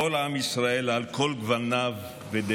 כל עם ישראל, על כל גווניו ודעותיו.